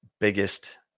biggest